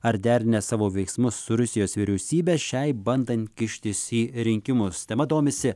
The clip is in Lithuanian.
ar derinę savo veiksmus su rusijos vyriausybe šiai bandant kištis į rinkimus tema domisi